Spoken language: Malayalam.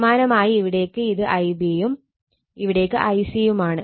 സമാനമായി ഇവിടേക്ക് അത് Ib യും ഇവിടേക്ക് Ic യുമാണ്